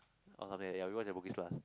or something like that ya we watch at Bugis-Plus